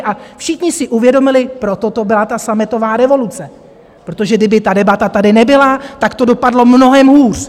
A všichni si uvědomili proto to byla ta sametová revoluce, protože kdyby ta debata tady nebyla, tak to dopadlo mnohem hůř.